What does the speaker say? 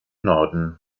norden